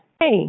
hey